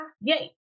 Yay